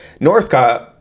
Northcott